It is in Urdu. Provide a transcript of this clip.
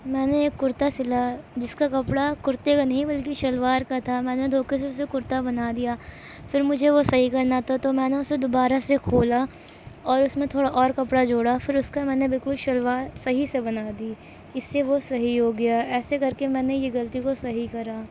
میں نے ایک کرتا سلا جس کا کپڑا کرتے کا نہیں بلکہ شلوار کا تھا میں نے دھوکے سے اسے کرتا بنا دیا پھر مجھے وہ صحیح کرنا تھا تو میں نے اسے دوبارہ سے کھولا اور اس میں تھوڑا اور کپڑا جوڑا پھر اس کا میں نے بالکل شلوار صحیح سے بنا دی اس سے وہ صحیح ہو گیا ایسے کر کے میں نے یہ غلطی کو صحیح کرا